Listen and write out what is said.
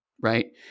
Right